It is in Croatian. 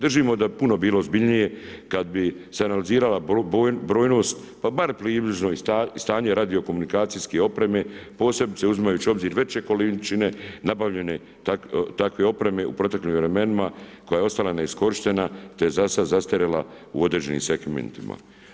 Držimo da bi bilo bilo ozbiljnije kad bi se analizirala brojnost pa bar približno i stanje radio komunikacijske opreme posebice uzimajući u obzir veće količine nabavljene takve opreme u proteklim vremenima koja je ostala neiskorištena te je zasad zastarjela u određenim segmentima.